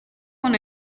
con